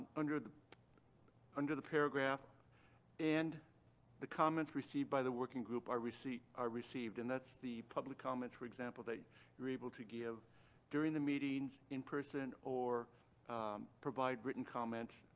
under the under the paragraph and the comments received by the working group are received are received and that's the public comments, for example, that you were able to give during the meetings, in-person, or provide written comments